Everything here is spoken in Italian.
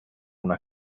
una